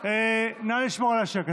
נא לשמור על השקט.